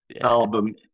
album